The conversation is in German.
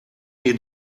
mir